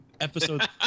Episode